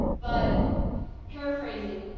but paraphrasing